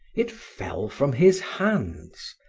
it fell from his hands.